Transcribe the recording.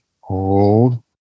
hold